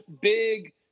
big